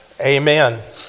Amen